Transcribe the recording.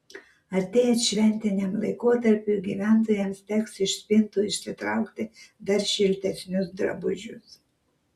artėjant šventiniam laikotarpiui gyventojams teks iš spintų išsitraukti dar šiltesnius drabužius